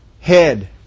head